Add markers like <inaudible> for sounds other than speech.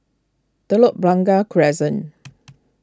Telok Blangah Crescent <noise>